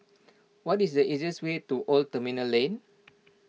what is the easiest way to Old Terminal Lane